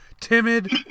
Timid